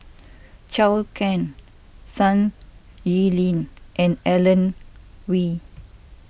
Zhou Can Sun and Alan